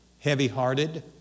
heavy-hearted